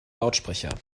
lautsprecher